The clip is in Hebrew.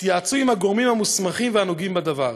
יתייעצו עם הגורמים המוסמכים והנוגעים בדבר.